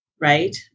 right